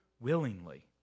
willingly